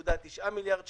5.9 מיליארד שקלים,